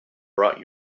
brought